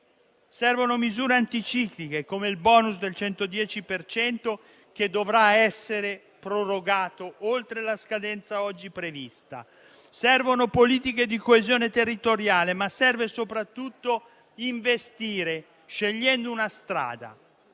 Servono misure anticicliche come il *bonus* del 110 per cento, che dovrà essere prorogato oltre la scadenza oggi prevista; servono politiche di coesione territoriale, ma serve soprattutto investire scegliendo una strada.